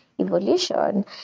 evolution